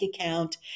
account